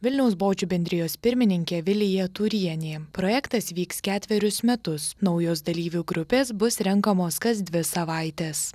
vilniaus bočių bendrijos pirmininkė vilija turienė projektas vyks ketverius metus naujos dalyvių grupės bus renkamos kas dvi savaites